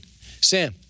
Sam